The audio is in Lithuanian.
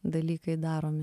dalykai daromi